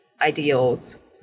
ideals